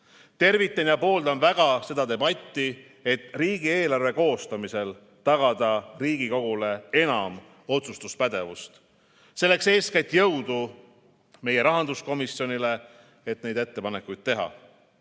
Tervitan ja pooldan väga debatti, et riigieelarve koostamisel tagada Riigikogule suurem otsustuspädevus. Selleks jõudu eeskätt meie rahanduskomisjonile, et ettepanekuid teha!